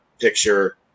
Picture